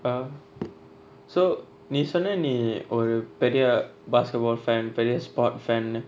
err so நீ சொன்ன நீ ஒரு பெரிய:nee sonna nee oru periya basketball fan பெரிய:periya sport fan